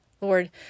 Lord